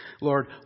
Lord